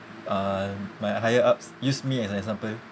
um my higher ups use me as an example